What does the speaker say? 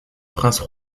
princes